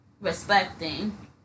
respecting